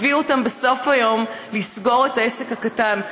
הביאו אותם בסוף היום לסגור את העסק הקטן.